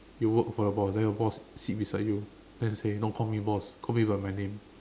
you work for your boss then your boss sit beside you then say don't call me boss call me by my name